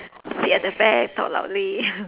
sit at the back talk loudly